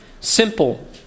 simple